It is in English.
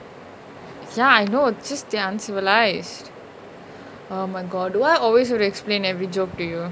ya I know just the uncivilized oh my god why always must explain every joke do you